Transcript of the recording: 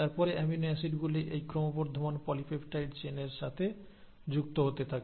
তারপরে অ্যামিনো অ্যাসিডগুলি এই ক্রমবর্ধমান পলিপেপটাইড চেইনের সাথে যুক্ত হতে থাকে